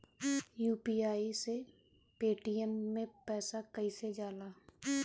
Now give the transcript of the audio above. UPI से Paytm मे पैसा कइसे जाला?